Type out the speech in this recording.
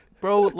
bro